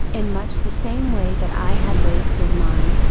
in much the same way that i had wasted mine,